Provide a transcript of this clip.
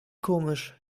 komisch